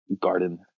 garden